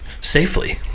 safely